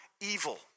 evil